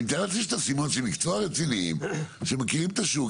אני מתאר לעצמי שתשימו אנשי מקצוע רציניים שמכירים את השוק,